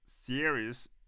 series